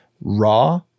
raw